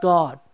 God